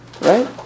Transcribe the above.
Right